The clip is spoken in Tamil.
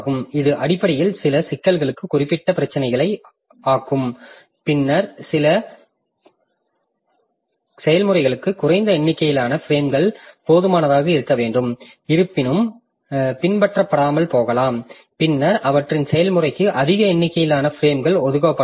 இது அடிப்படையில் சில சிக்கல்களுக்கு குறிப்பிட்ட பிரச்சினைகள் ஆகும் பின்னர் சில செயல்முறைகளுக்கு குறைந்த எண்ணிக்கையிலான பிரேம்கள் போதுமானதாக இருக்க வேண்டும் இருப்பிடம் பின்பற்றப்படாமல் போகலாம் பின்னர் அவற்றின் செயல்முறைக்கு அதிக எண்ணிக்கையிலான பிரேம்கள் ஒதுக்கப்பட வேண்டும்